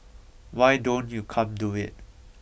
why don't you come do it